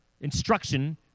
instruction